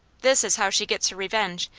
this is how she gets her revenge,